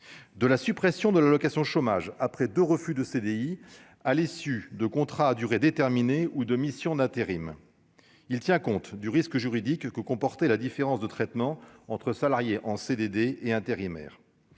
de la suppression de l'allocation chômage après 2 refus de CDI à l'issue de contrats à durée déterminée ou de missions d'intérim, il tient compte du risque juridique que comportait la différence de traitement entre salariés en CDD et intérimaires,